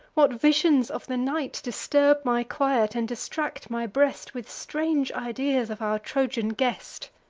what visions of the night disturb my quiet, and distract my breast with strange ideas of our trojan guest!